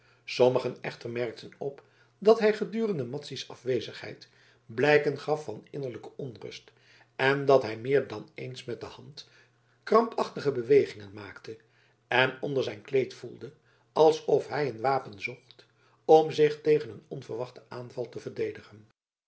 sommigen echter merkten op dat hij gedurende madzy's afwezigheid blijken gaf van innerlijke onrust en dat hij meer dan eens met de hand krampachtige bewegingen maakte en onder zijn kleed voelde alsof hij een wapen zocht om zich tegen een onverwachten aanval te verdedigen